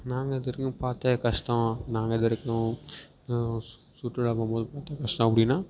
நாங்கள் திடீர்னு பார்த்த கஷ்டம் நாங்க இது வரைக்கும் சுற்றுலா போகும்போது பார்த்த கஷ்டம் அப்படின்னா